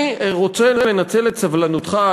אני רוצה לנצל את סבלנותך,